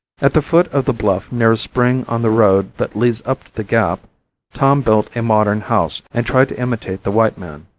at the foot of the bluff near a spring on the road that leads up to the gap tom built a modern house and tried to imitate the white man.